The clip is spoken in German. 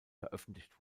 veröffentlicht